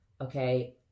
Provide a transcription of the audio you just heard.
Okay